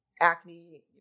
acne